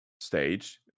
stage